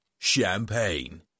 champagne